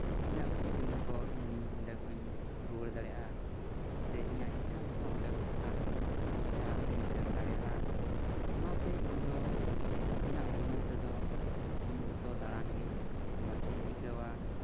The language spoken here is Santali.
ᱤᱧᱟᱹᱜ ᱠᱩᱥᱤ ᱢᱚᱛᱚ ᱤᱧ ᱚᱸᱰᱮ ᱠᱷᱚᱡ ᱤᱧ ᱨᱩᱭᱟᱹᱲ ᱫᱟᱲᱮᱭᱟᱜᱼᱟ ᱥᱮ ᱤᱧᱟᱹᱜ ᱤᱪᱪᱷᱟ ᱢᱚᱛᱚ ᱚᱸᱰᱮ ᱠᱷᱚᱡ ᱟᱨ ᱦᱚᱸ ᱡᱟᱦᱟᱸ ᱥᱮᱫ ᱤᱧ ᱥᱮᱱ ᱫᱟᱲᱮᱭᱟᱜᱼᱟ ᱚᱱᱟᱛᱮ ᱤᱧ ᱫᱚ ᱤᱧᱟᱜ ᱜᱩᱱᱟᱹᱱ ᱛᱮᱫᱚ ᱤᱧ ᱢᱚᱛᱚ ᱫᱟᱲᱟᱱ ᱜᱮ ᱢᱚᱡᱽ ᱤᱧ ᱟᱹᱭᱠᱟᱹᱣᱟ